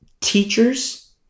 Teachers